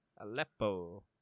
Aleppo